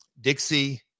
Dixie